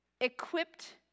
equipped